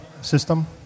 system